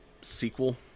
sequel